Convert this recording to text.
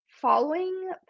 following